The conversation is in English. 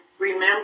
remember